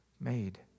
made